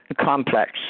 complex